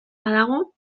badago